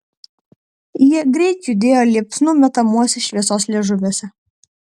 jie greit judėjo liepsnų metamuose šviesos liežuviuose